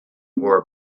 wore